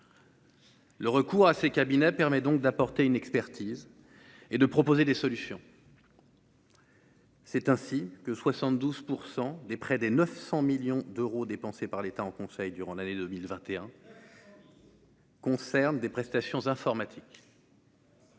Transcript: Le recours à ces cabinets permet donc d'apporter une expertise et de proposer des solutions. C'est ainsi que 72 % des prêts des 900 millions d'euros dépensés par l'État en conseil durant l'année 2021. Concerne des prestations informatiques.